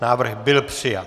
Návrh byl přijat.